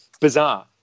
Bizarre